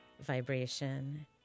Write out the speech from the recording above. vibration